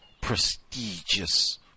prestigious